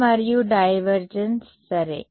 curl మరియు divergence సరే